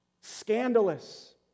scandalous